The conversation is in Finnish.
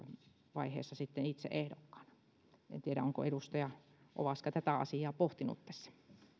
vaiheessa itse ehdokkaana en tiedä onko edustaja ovaska tätä asiaa pohtinut tässä